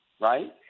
right